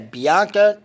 Bianca